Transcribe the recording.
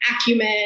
acumen